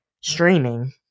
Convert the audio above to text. streaming